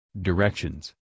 Directions